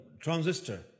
transistor